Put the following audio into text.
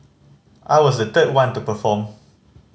I was the third one to perform